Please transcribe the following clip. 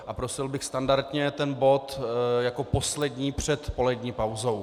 A prosil bych standardně ten bod jako poslední před polední pauzou.